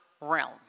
realm